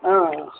ಹಾಂ